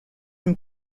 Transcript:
from